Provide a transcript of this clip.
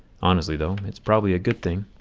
honestly though, it's probably a good thing.